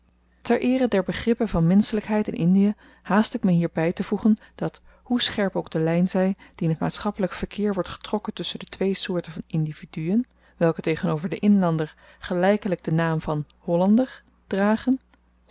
ter eere der begrippen van menschelykheid in indie haast ik me hier bytevoegen dat hoe scherp ook de lyn zy die in t maatschappelyk verkeer wordt getrokken tusschen de twee soorten van individuën welke tegenover den inlander gelykelyk den naam van hollander dragen